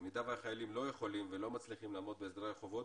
במידה והחיילים לא יכולים ולא מצליחים לעמוד בהסדרי החובות,